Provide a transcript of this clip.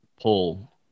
pull